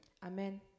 Amen